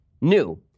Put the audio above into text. New